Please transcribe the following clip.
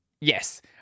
Yes